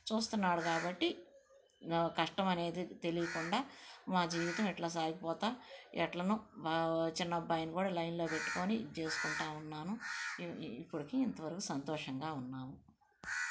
చూస్తున్నాడు కాబట్టి కష్టమనేది తెలియకుండా మా జీవితం ఇట్లా సాగిపోతూ ఎలానో చిన్న అబ్బాయిని కూడ లైన్లో పెట్టుకుని చేసుకుంటూ ఉన్నాను ఇప్పటికీ ఇంతవరకు సంతోషంగా ఉన్నాము